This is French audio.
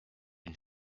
une